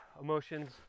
emotions